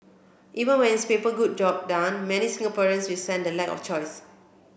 even when its paper good job done many Singaporeans resent the lack of choice